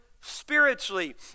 spiritually